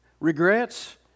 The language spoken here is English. Regrets